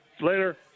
Later